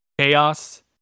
chaos